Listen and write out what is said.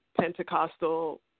Pentecostal